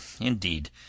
indeed